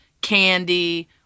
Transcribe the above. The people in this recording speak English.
candy